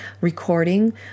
recording